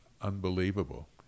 unbelievable